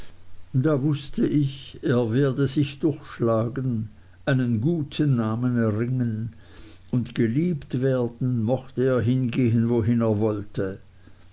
da wußte ich er werde sich durchschlagen einen guten namen erringen und geliebt werden mochte er hingehen wohin er wollte